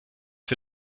wir